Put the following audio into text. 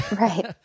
Right